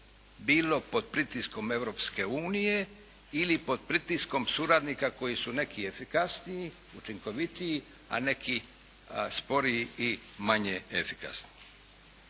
bilo pod pritiskom Europske unije ili pod pritiskom suradnika koji su neki efikasniji, učinkovitiji, a neki sporiji i manje efikasni.